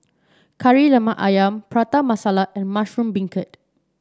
Kari Lemak ayam Prata Masala and Mushroom Beancurd